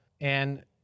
And-